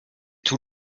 tout